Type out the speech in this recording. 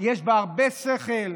יש בה הרבה שכל.